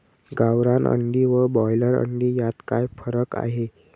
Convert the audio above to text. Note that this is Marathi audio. गावरान अंडी व ब्रॉयलर अंडी यात काय फरक आहे?